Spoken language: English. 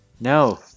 no